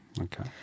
Okay